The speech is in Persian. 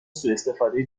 سواستفاده